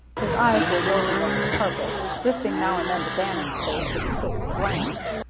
his eyes were roving over the carpet, lifting now and then to bannon's face with a quick glance.